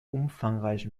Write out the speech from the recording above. umfangreichen